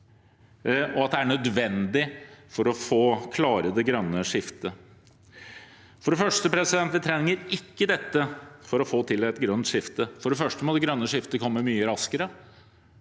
og at det er nødvendig for å klare det grønne skiftet. For det første: Vi trenger ikke dette for å få til et grønt skifte. Det grønne skiftet må komme mye raskere.